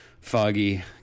foggy